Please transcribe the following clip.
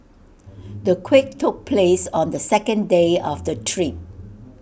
the quake took place on the second day of the trip